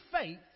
faith